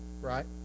right